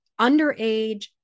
underage